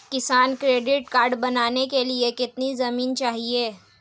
किसान credit card बनाने के लिए कितनी जमीन चाहिए?